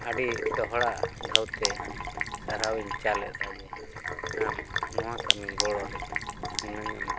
ᱟᱹᱰᱤ ᱫᱚᱦᱲᱟ ᱫᱷᱟᱹᱣᱛᱮ ᱥᱟᱨᱦᱟᱣᱤᱧ ᱪᱟᱞᱮᱫᱟ ᱡᱮ ᱟᱢ ᱱᱚᱣᱟ ᱠᱟᱹᱢᱤ ᱜᱚᱲᱚᱨᱮ ᱱᱩᱱᱟᱹᱜ ᱮᱢ